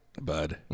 bud